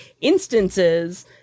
instances